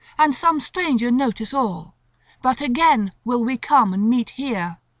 and some stranger notice all but again will we come and meet here.